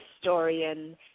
historian